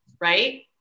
right